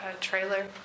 trailer